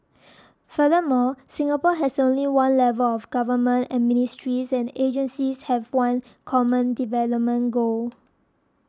furthermore Singapore has only one level of government and ministries and agencies have one common development goal